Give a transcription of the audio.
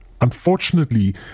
Unfortunately